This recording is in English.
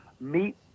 meet